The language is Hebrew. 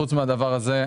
חוץ מהדבר הזה,